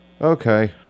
Okay